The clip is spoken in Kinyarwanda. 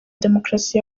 demokarasi